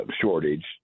Shortage